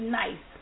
nice